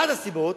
אחת הסיבות,